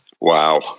Wow